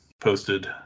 posted